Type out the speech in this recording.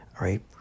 right